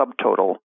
subtotal